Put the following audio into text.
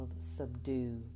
subdue